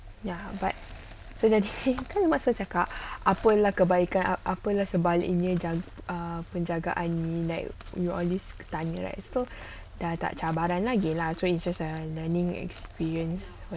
ya but so jadi ke masa cakap apalah kebaikan apalah sebaliknya jaga penjagaan like you all this tanya right dah tak cabaran lagi lah so it's just a learning experience